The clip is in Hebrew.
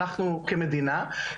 אנחנו כמדינה,